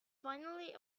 finally